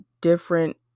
different